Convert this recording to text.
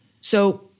So-